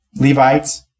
Levites